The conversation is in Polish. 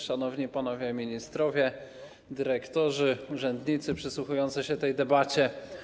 Szanowni Panowie Ministrowie, Dyrektorzy i Urzędnicy przysłuchujący się tej debacie!